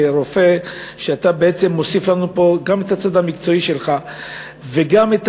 כרופא אתה מוסיף לנו פה גם את הצד המקצועי שלך וגם את